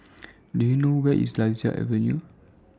Do YOU know Where IS Lasia Avenue